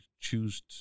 choose